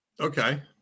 Okay